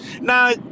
Now